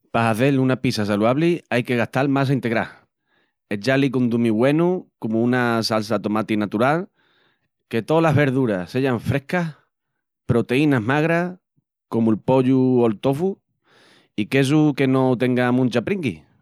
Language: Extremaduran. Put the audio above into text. Pa hazel una pizza saluabli aí que gastal massa integral, echá-li condumiu güenu comu una salsa tomati natural, que tolas verduras seyan frescas, proteínas magras comu'l pollu o'l tofu, i quesu que no tenga muncha pringui.